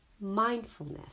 mindfulness